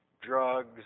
drugs